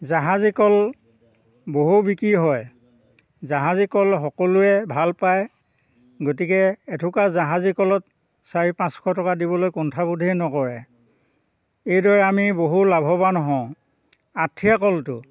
জাহাজী কল বহু বিক্ৰী হয় জাহাজী কল সকলোৱে ভাল পায় গতিকে এথোকা জাহাজী কলত চাৰি পাঁচশ টকা দিবলৈ কুণ্ঠাবোধেই নকৰে এইদৰে আমি বহু লাভৱান হওঁ আঠিয়া কলটো